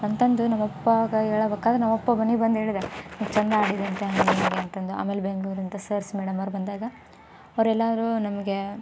ಅಂತಂದು ನಮ್ಮ ಅಪ್ಪಾಗ ಹೇಳಬೇಕಾದ್ರ್ ನಮ್ಮ ಅಪ್ಪ ಮನಿಗೆ ಬಂದು ಹೇಳಿದ ನೀ ಚಂದ ಹಾಡಿದೆ ಅಂತೆ ಹಾಗೆ ಹೀಗೆ ಅಂತಂದು ಆಮೇಲೆ ಬೆಂಗಳೂರಿಂದ ಸರ್ಸ್ ಮೇಡಮ್ ಅವ್ರು ಬಂದಾಗ ಅವರೆಲ್ಲಾರೂ ನಮಗೆ